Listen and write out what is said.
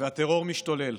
והטרור משתולל.